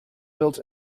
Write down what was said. built